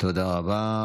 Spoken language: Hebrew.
תודה רבה.